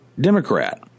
Democrat